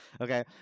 Okay